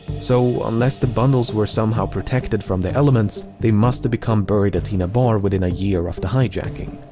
so unless the bundles where somehow protected from the elements, they must have become buried at tina bar within a year of the hijacking.